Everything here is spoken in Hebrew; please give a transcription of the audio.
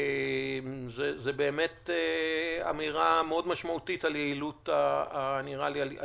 זאת אמירה מאוד משמעותית על יעילות החיסון.